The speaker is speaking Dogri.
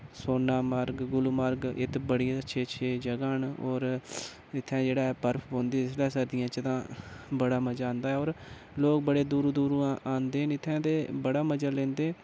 सोनामरग गुलमरग एह् ते बड़ियां अच्छियां अच्छियां जगह् न और इत्थैं जेह्ड़ा बर्फ पौंदी जिसलै सरदियें च तां बड़ा मजा आंदा ऐ और लोक बड़े दुरों दुरों आंदे न इत्थैं ते बड़ा मजा लेंदे